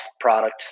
product